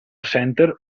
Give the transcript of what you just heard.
center